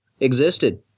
existed